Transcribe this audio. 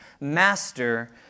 Master